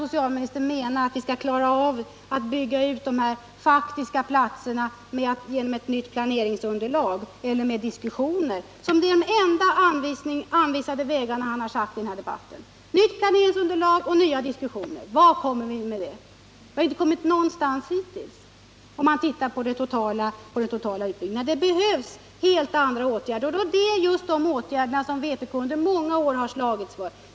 Socialministern kan väl inte mena att vi skall klara det genom ett nytt planeringsunderlag eller med diskussioner. Det är de enda vägar han i den här debatten har anvisat. Nytt planeringsunderlag och nya diskussioner — vart kommer vi med det? Vi har hittills inte kommit någonstans om man ser på den totala utbyggnaden. Det behövs helt andra åtgärder. De åtgärderna har vpk under många år slagits för.